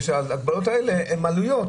כי יש בהן עלויות.